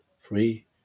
free